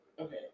okay